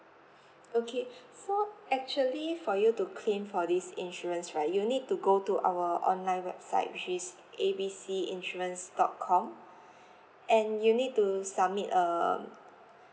okay so actually for you to claim for this insurance right you'll need to go to our online website which is A B C insurance dot com and you need to submit a um